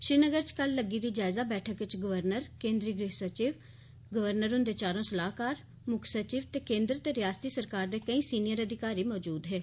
श्रीनगर च कल लग्गी दी जायजा बैठक च गवर्नर केन्द्रीय गृह सचिव गवर्नर हुंदे चारों सलाहकार मुक्ख सचिव ते केन्द्र ते रिआसती सरकार दे केई वरिष्ठ अधिकारी मजूद हे